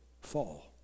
fall